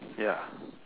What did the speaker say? ya